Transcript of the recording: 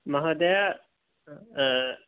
महोदय